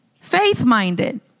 Faith-minded